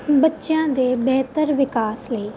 ਬੱਚਿਆਂ ਦੇ ਬਿਹਤਰ ਵਿਕਾਸ ਲਈ